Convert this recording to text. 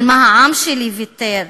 על מה העם שלי ויתר.